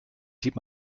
sieht